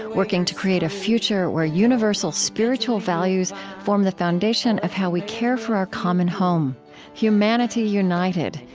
working to create a future where universal spiritual values form the foundation of how we care for our common home humanity united,